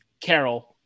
carol